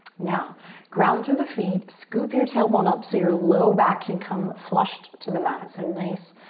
now ground through the feet, scoop your tail bone up so your low back can come flushed to the mat. so nice,